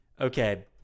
Okay